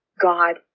God